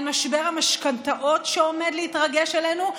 על משבר המשכנתאות שעומד להתרגש עלינו?